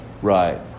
Right